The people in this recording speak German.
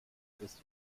ist